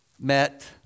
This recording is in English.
met